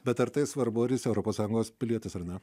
bet ar tai svarbu ar jis europos sąjungos pilietis ar ne